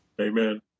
Amen